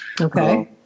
okay